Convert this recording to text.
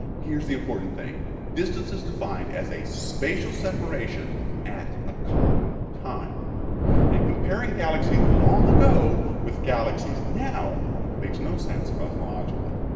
here's the important thing, distance is defined as a spatial separation at a common time and comparing galaxies long ago with galaxies now makes no sense cosmologically.